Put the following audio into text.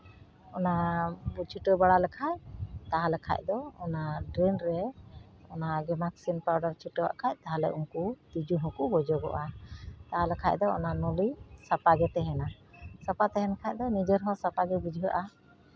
ᱚᱱᱟ ᱫᱚ ᱪᱷᱤᱴᱟᱹᱣ ᱵᱟᱲᱟ ᱞᱮᱠᱷᱟᱡ ᱛᱟᱦᱞᱮ ᱠᱷᱟᱡ ᱫᱚ ᱰᱨᱮᱱ ᱨᱮ ᱚᱱᱟ ᱜᱮᱢᱟᱠᱥᱤᱱ ᱯᱟᱣᱰᱟᱨ ᱪᱷᱤᱴᱟᱹᱣ ᱟᱜ ᱠᱷᱟᱡ ᱛᱟᱦᱞᱮ ᱩᱱᱠᱩ ᱛᱤᱸᱡᱩ ᱦᱚᱸᱠᱚ ᱜᱚᱡᱚᱜᱚᱜᱼᱟ ᱛᱟᱦᱞᱮ ᱠᱷᱟᱡ ᱫᱚ ᱚᱱᱟ ᱱᱚᱞᱤ ᱥᱟᱯᱷᱟ ᱜᱮ ᱛᱟᱦᱮᱱᱟ ᱥᱟᱯᱷᱟ ᱛᱟᱦᱮᱱ ᱠᱷᱟᱡ ᱫᱚ ᱱᱤᱡᱮᱨ ᱦᱚᱸ ᱥᱟᱯᱷᱟ ᱜᱮ ᱵᱩᱡᱷᱟᱹᱜᱼᱟ